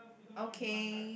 okay